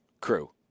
crew